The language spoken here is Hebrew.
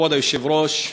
כבוד היושב-ראש,